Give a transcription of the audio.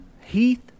Heath